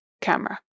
camera